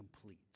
complete